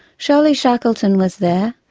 shirley shackleton was there,